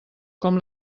com